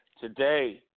today